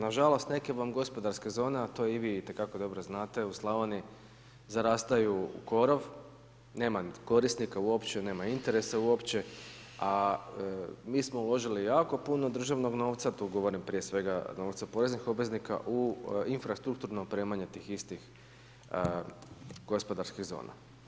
Nažalost, neke vam gospodarske zone, a to i vi itekako dobro znate u Slavoniji zarastaju u korov, nema niti korisnika uopće, nema interesa uopće, a mi smo uložili jako puno državnog novca, tu govorim prije svega novca poreznih obveznika u infrastrukturno opremanje tih istih gospodarskih zona.